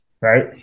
right